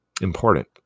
Important